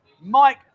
Mike